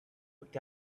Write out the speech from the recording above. looked